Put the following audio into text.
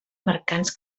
mercants